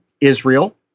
Israel